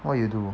what you do